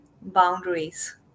boundaries